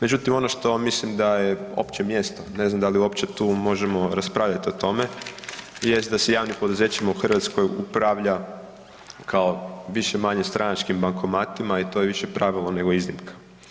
Međutim, ono što mislim da je opće mjesto ne znam da li uopće tu možemo raspravljati o tome vijest da se javnim poduzećima u Hrvatskoj upravlja kao više-manje stranačkim bankomatima i to je više pravilo nego iznimka.